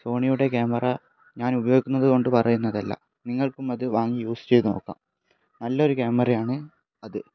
സോണിയുടെ camera ഞാൻ ഉപയോഗിക്കുന്നത് കൊണ്ട് പറയുന്നതല്ല നിങ്ങൾക്കും അത് വാങ്ങി യൂസ് ചെയ്ത് നോക്കാം നല്ലൊരു ക്യാമറ ആണ് അത്